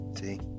See